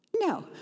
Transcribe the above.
No